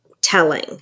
telling